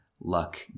luck